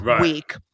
week